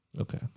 Okay